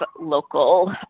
local